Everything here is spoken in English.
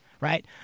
right